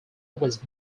was